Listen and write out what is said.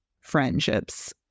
friendships